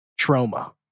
Trauma